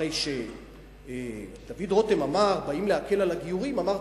אחרי שדוד רותם אמר, באים להקל על הגיורים, אמרתי,